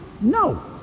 No